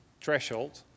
threshold